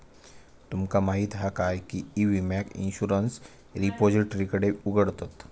तुमका माहीत हा काय की ई विम्याक इंश्युरंस रिपोजिटरीकडे उघडतत